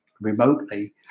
remotely